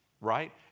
right